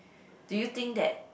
do you think that